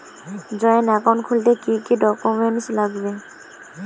Joint account খুলতে কি কি ডকুমেন্টস লাগবে?